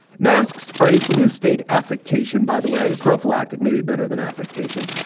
masks are a blue state affectation, by the way prophylactic, maybe better than affectation.